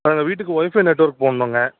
எங்கள் வீட்டுக்கு wifi network போடணுங்க